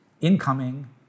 incoming